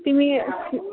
तिमी